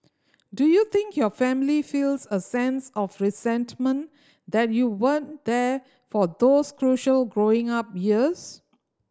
do you think your family feels a sense of resentment that you weren't there for those crucial growing up years